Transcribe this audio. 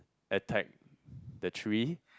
attack the tree